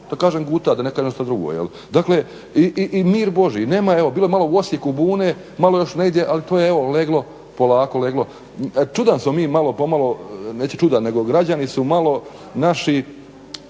da kažem guta da ne kažem nešto drugo jel'. Dakle, i mir Božji. I nema, evo bilo je malo u Osijeku bune, malo još negdje ali to je evo leglo polako leglo. Čudan smo mi malo pomalo neću reći čudan nego građani su malo naši